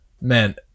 Man